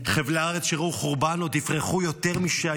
חבלי הארץ שראו חורבן עוד יפרחו יותר משהיו.